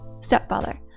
Stepfather